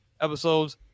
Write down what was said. episodes